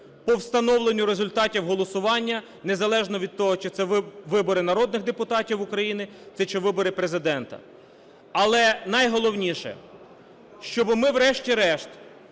по встановленню результатів голосування незалежно від того, чи це вибори народних депутатів України, чи це вибори Президента. Але найголовніше, щоб ми врешті-решт